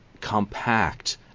compact